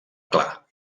clar